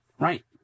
Right